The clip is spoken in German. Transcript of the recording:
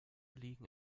liegen